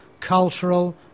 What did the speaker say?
cultural